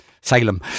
Salem